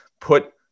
put